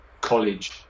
college